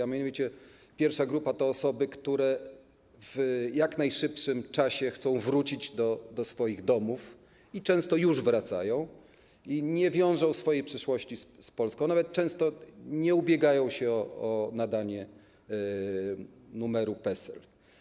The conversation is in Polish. A mianowicie pierwsza grupa to osoby, które w jak najszybszym czasie chcą wrócić do swoich domów, często już wracają i nie wiążą swojej przyszłości z Polską, nawet często nie ubiegają się o nadanie numeru PESEL.